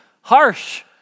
harsh